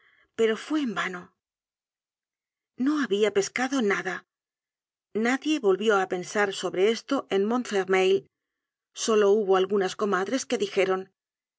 pero fue en vano content from google book search generated at no habia pescado nada nadie volvió á pensar sobre esto en montfermeil solo hubo algunas comadres que dijeron